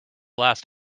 last